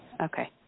Okay